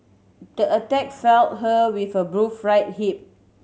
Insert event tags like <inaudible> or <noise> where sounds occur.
the attack felt her with a <unintelligible> right hip